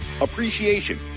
appreciation